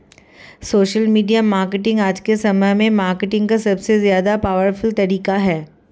social media marketing आज के समय में मार्केटिंग का सबसे ज्यादा पॉवरफुल तरीका है